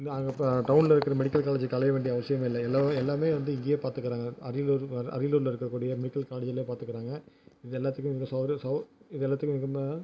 வந்து அங்கே ப டவுனில் இருக்க மெடிக்கல் காலேஜுக்கு அலைய வேண்டிய அவசியம் இல்லை எல்லாரும் எல்லாமே வந்து இங்கேயே பார்த்துக்கிறாங்க அரியலூரில் அரியலூரில் இருக்கக் கூடிய மெடிக்கல் காலேஜில் பார்த்துக்கிறாங்க இது எல்லாத்துக்குமே இங்கே சவு இது எல்லாத்துக்கும் முன்னே